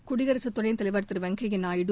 குடியரசு துணைத் தலைவர் திரு வெங்கைய நாயுடு